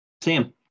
sam